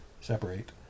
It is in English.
separate